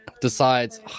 decides